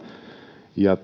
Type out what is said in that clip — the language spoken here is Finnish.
ja